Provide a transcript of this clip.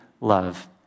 love